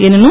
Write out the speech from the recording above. எனினும்